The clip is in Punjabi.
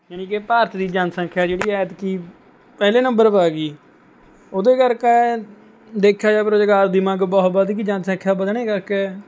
ਯਾਨੀ ਕਿ ਭਾਰਤ ਦੀ ਜਨਸੰਖਿਆ ਜਿਹੜੀ ਹੈ ਐਂਤਕੀ ਪਹਿਲੇ ਨੰਬਰ ਪਾ ਆ ਗਈ ਉਹਦੇ ਕਰਕੇ ਦੇਖਿਆ ਜਾਵੇ ਰੁਜ਼ਗਾਰ ਦੀ ਮੰਗ ਬਹੁਤ ਵੱਧ ਗਈ ਜਨਸੰਖਿਆ ਵੱਧਣ ਕਰਕੇ